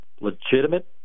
legitimate